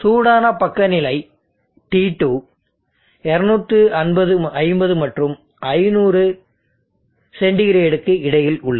சூடான பக்க வெப்பநிலை T2 250 மற்றும் 500 சென்டிகிரேடிற்கு இடையில் உள்ளது